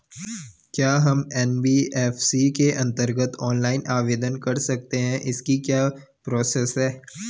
क्या हम एन.बी.एफ.सी के अन्तर्गत ऑनलाइन आवेदन कर सकते हैं इसकी क्या प्रोसेस है?